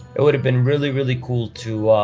it would have been really, really cool to